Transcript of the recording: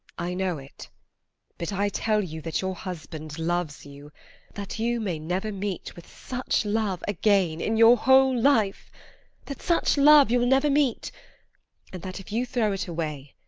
i know it but i tell you that your husband loves you that you may never meet with such love again in your whole life that such love you will never meet and that if you throw it away,